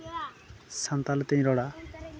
ᱥᱟᱱᱛᱟᱲᱤ ᱛᱤᱧ ᱨᱚᱲᱟ